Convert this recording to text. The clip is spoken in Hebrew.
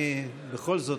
בכל זאת,